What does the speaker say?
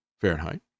Fahrenheit